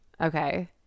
okay